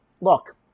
look